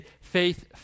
faith